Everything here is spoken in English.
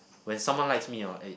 when someone likes me hor eh